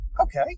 Okay